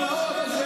בהונאות,